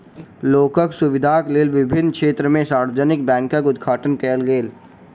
लोकक सुविधाक लेल विभिन्न क्षेत्र में सार्वजानिक बैंकक उद्घाटन कयल गेल